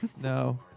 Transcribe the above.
No